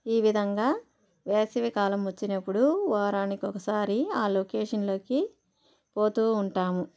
ఈ విధంగా వేసవికాలం వచ్చినప్పుడు వారానికి ఒకసారి ఆ లొకేషన్లకి పోతూ ఉంటాము